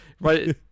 Right